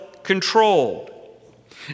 controlled